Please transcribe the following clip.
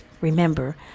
Remember